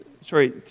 Sorry